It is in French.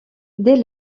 dès